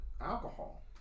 Alcohol